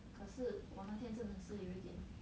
可是我那天真的是有一点